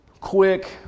quick